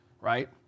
right